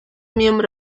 miembro